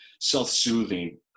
Self-soothing